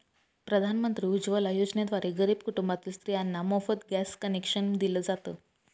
प्रधानमंत्री उज्वला योजनेद्वारे गरीब कुटुंबातील स्त्रियांना मोफत गॅस कनेक्शन दिल जात